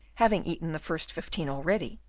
having eaten the first fifteen already,